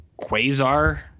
Quasar